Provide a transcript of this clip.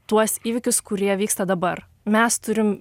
tuos įvykius kurie vyksta dabar mes turime